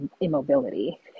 immobility